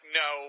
no